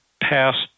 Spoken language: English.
passed